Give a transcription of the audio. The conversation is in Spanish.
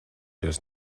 los